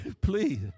please